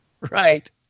Right